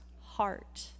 heart